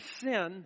sin